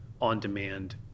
on-demand